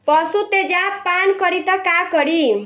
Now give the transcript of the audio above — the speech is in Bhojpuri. पशु तेजाब पान करी त का करी?